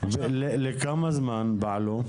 לכמה זמן הן פעלו?